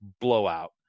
blowout